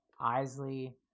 Isley